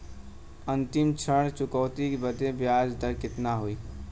अंतिम ऋण चुकौती बदे ब्याज दर कितना होई?